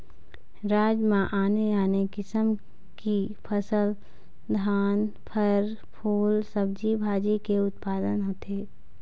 राज म आने आने किसम की फसल, धान, फर, फूल, सब्जी भाजी के उत्पादन होथे